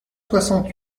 soixante